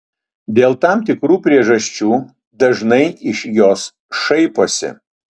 dėl tam tikrų priežasčių dažnai iš jos šaiposi